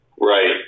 Right